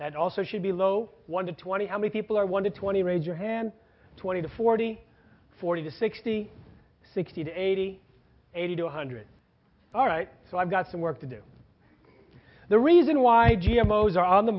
that also should be low one to twenty how many people are one to twenty raise your hand twenty to forty forty to sixty sixty to eighty eighty two hundred all right so i've got some work to do the reason why g m o's are on the